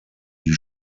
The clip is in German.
die